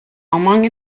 among